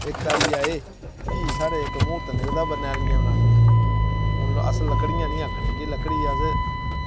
इक आइया एह् फ्ही साढ़े इक मूर्त निकलदा बनैलियां बनानियां उनें ई अस लकड़ियां निं आक्खने कि लकड़ी अस